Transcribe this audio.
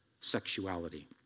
sexuality